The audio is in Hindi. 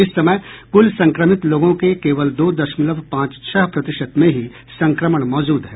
इस समय कुल संक्रमित लोगों के केवल दो दशमलव पांच छह प्रतिशत में ही संक्रमण मौजूद है